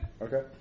Okay